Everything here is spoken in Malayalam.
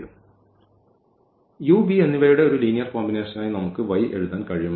ഈ u v എന്നിവയുടെ ഒരു ലീനിയർ കോമ്പിനേഷനായി നമുക്ക് ഈ y എഴുതാൻ കഴിയുമെങ്കിൽ